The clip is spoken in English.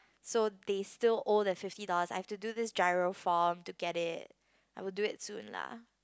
so they still owe the fifty dollars I have to do this GIRO form to get it I will do it soon lah